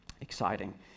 exciting